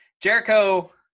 Jericho